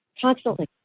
constantly